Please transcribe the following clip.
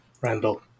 randall